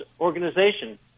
organization